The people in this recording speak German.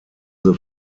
the